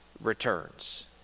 returns